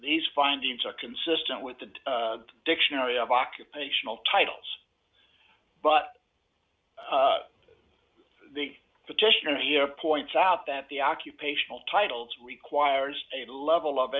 these findings are consistent with the dictionary of occupational titles but the petition here points out that the occupational titles requires a level of